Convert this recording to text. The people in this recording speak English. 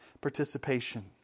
participation